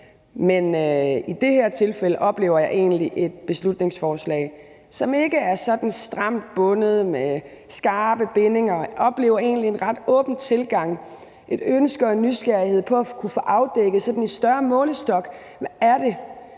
men i det her tilfælde oplever jeg egentlig et beslutningsforslag, som ikke sådan er bundet op med skarpe bindinger, men jeg oplever egentlig en ret åben tilgang, et ønske om og en nysgerrighed på i større målestok at kunne